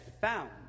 found